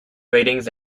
ratings